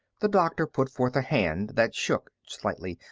the doctor put forth a hand that shook slightly.